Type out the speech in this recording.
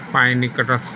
ପାଇଁ ନିକଟ